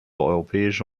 europäische